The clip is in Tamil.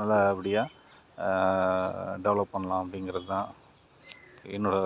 நல்லபடியாக டெவலப் பண்ணலாம் அப்படிங்கிறது தான் என்னோட